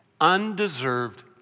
Undeserved